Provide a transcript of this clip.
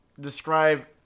describe